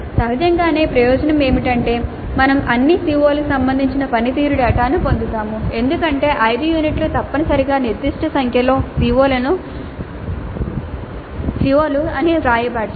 సహజంగానే ప్రయోజనం ఏమిటంటే మేము అన్ని CO లకు సంబంధించిన పనితీరు డేటాను పొందుతాము ఎందుకంటే 5 యూనిట్లు తప్పనిసరిగా నిర్దిష్ట సంఖ్యలో CO లు అని వ్రాయబడతాయి